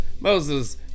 Moses